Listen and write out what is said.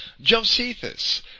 Josephus